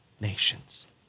nations